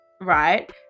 right